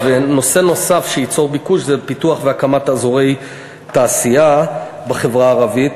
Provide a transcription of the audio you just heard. נושא נוסף שייצור ביקוש זה פיתוח והקמה של אזורי תעשייה בחברה הערבית.